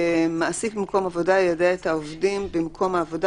מעסיק במקום עבודה יידע את העובדים במקום העבודה